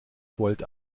volt